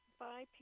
Bye